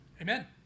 Amen